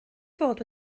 fod